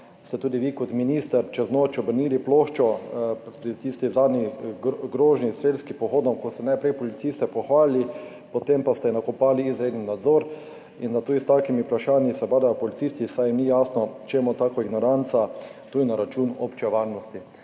ste tudi vi kot minister čez noč obrnili ploščo pri tisti zadnji grožnji s strelskim pohodom, ko ste najprej policiste pohvalili, potem pa ste jim nakopali izredni nadzor. Tudi s takimi vprašanji se ubadajo policisti, saj jim ni jasno, čemu taka ignoranca, tudi na račun obče varnosti.